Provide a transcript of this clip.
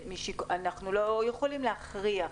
אנחנו לא יכולים להכריח.